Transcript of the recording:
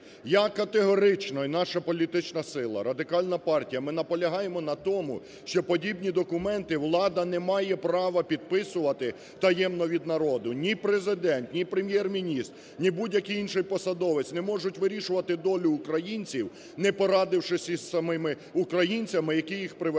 Я категорично і наша політична сила, Радикальна партія, ми наполягаємо на тому, що подібні документи влада не має права підписувати таємно він народу. Ні Президент, ні Прем'єр-міністр, ні будь-який інший посадовець не можуть вирішувати долю українців, не порадившись із самими українцями, які їх привели